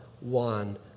one